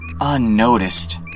unnoticed